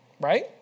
Right